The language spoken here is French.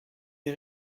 des